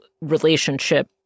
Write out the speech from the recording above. relationship